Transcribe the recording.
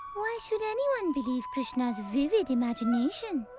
why should anyone believe krishna's vivid imagination?